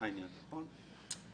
נכון.